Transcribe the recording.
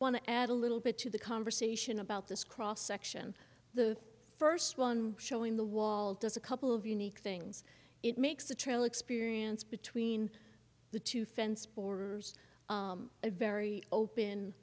want to add a little bit to the conversation about this cross section the first one showing the wall does a couple of unique things it makes the trail experience between the two fence borders a very open